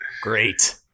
Great